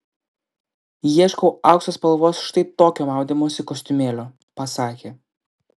ieškau aukso spalvos štai tokio maudymosi kostiumėlio pasakė